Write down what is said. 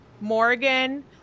Morgan